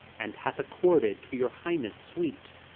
and hath accorded to your highness suite.